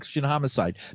homicide